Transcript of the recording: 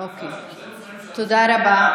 תודה רבה.